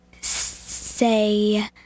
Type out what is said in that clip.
say